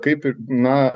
kaip na